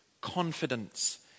confidence